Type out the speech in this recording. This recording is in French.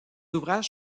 ouvrages